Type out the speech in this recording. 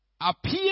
appeal